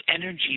energy